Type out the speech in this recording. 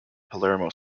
palermo